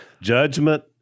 Judgment